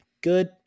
good